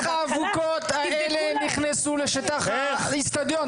איך האבוקות האלה נכנסו לשטח האצטדיון,